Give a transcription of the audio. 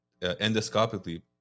endoscopically